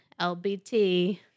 LBT